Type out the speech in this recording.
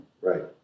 Right